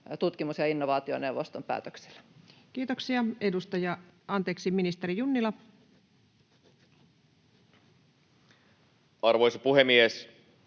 tutkimus- ja innovaationeuvoston päätöksillä. Kiitoksia. — Ministeri Junnila. Arvoisa puhemies!